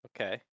Okay